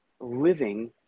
living